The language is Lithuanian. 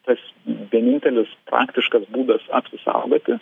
tas vienintelis praktiškas būdas apsisaugoti